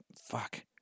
Fuck